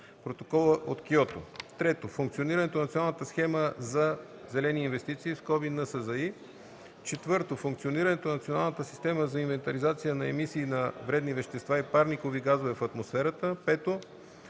(Протокола от Киото); 3. функционирането на Националната схема за зелени инвестиции (НСЗИ); 4. функционирането на Националната система за инвентаризации на емисии на вредни вещества и парникови газове в атмосферата; 5.